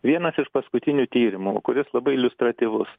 vienas iš paskutinių tyrimų kuris labai iliustratyvus